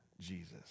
Jesus